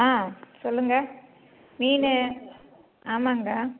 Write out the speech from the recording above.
ஆ சொல்லுங்க மீன் ஆமாங்க